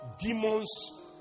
Demons